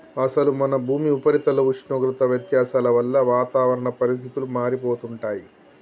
అసలు మన భూమి ఉపరితల ఉష్ణోగ్రత వ్యత్యాసాల వల్ల వాతావరణ పరిస్థితులు మారిపోతుంటాయి